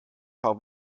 paar